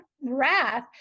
wrath